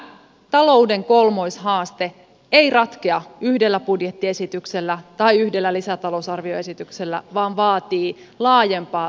tämä talouden kolmoishaaste ei ratkea yhdellä budjettiesityksellä tai yhdellä lisätalousarvioesityksellä vaan vaatii laajempaa talouspoliittista strategiaa